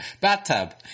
Bathtub